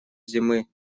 зимы